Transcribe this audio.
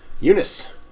Eunice